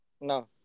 No